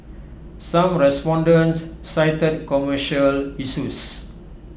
some respondents cited commercial issues